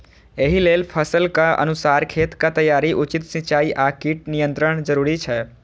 एहि लेल फसलक अनुसार खेतक तैयारी, उचित सिंचाई आ कीट नियंत्रण जरूरी छै